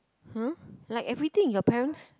!huh! like everything your parents